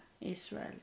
Israel